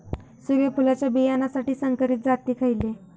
सूर्यफुलाच्या बियानासाठी संकरित जाती खयले?